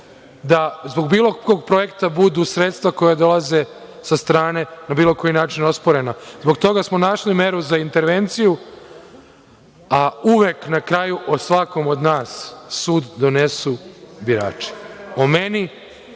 da zbog bilo kog projekta budu sredstva koja dolaze sa strane na bilo koji način osporena. Zbog toga smo našli meru za intervenciju, a uvek na kraju o svakom od nas sud donesu birači. O meni,